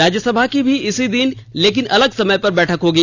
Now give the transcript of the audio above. राज्यसमा की भी इसी दिन लेकिन अलग समय पर बैठक होगी